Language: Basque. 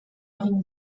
egin